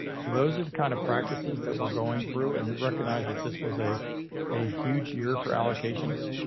so those are the kind of practices that we're going through. and we recognize that this was a a huge year for allocations.